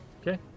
okay